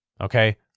okay